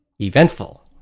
eventful